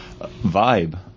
Vibe